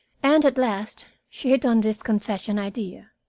and at last she hit on this confession idea.